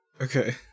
Okay